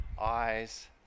eyes